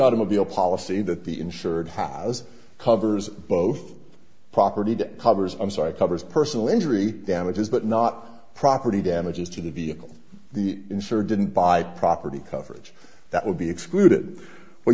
automobile policy that the insured house covers both property that covers i'm sorry covers personal injury damages but not property damages to the vehicle the insurgent by property coverage that would be excluded whe